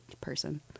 person